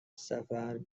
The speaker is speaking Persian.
سفر